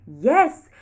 yes